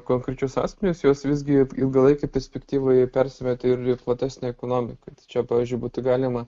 konkrečius asmenis jos visgi ilgalaikėje perspektyvoje persimetė ir į platesnę ekonomiką tai čia pavyzdžiui būtų galima